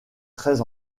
très